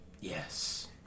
Yes